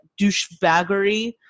douchebaggery